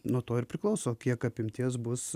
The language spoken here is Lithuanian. nuo to ir priklauso kiek apimties bus